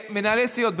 מנהלי סיעות,